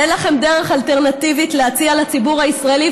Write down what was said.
אין לכם דרך אלטרנטיבית להציע לציבור הישראלי,